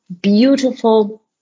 beautiful